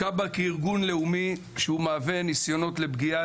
כב"ה כארגון לאומי שהוא מהווה ניסיונות לפגיעה,